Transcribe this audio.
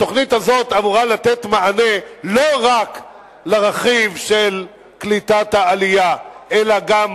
התוכנית הזאת אמורה לתת מענה לא רק לרכיב של קליטת העלייה אלא גם